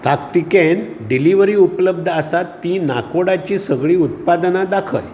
ताकतिकेन डिलिव्हरी उपलब्ध आसात तीं नाकोडा चीं सगळीं उत्पादनां दाखय